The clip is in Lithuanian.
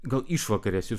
gal išvakarėse